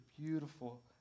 beautiful